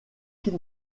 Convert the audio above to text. kid